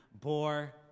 bore